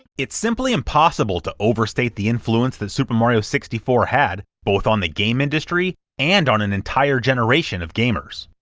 it's simply impossible to over-state the influence that super mario sixty four had, both on the game industry, and on an entire generation of gamers.